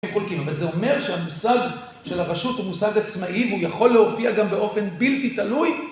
אבל זה אומר שהמושג של הרשות הוא מושג עצמאי והוא יכול להופיע גם באופן בלתי תלוי